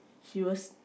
she was